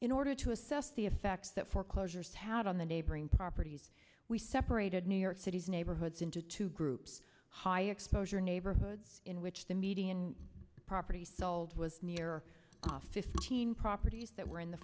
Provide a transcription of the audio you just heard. in order to assess the effects that foreclosures had on the neighboring properties we separated new york city's neighborhoods into two groups high exposure neighborhoods in which the median property sold was near properties that were in the